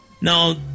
No